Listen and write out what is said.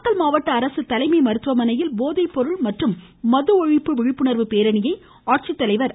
நாமக்கல் மாவட்ட அரசு தலைமை மருத்துவமனையில் போதைப்பொருள் மற்றும் மது ஒழிப்பு விழிப்புணர்வு பேரணியை ஆட்சித்தலைவர் திருமதி